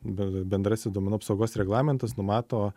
bendrasis duomenų apsaugos reglamentas numato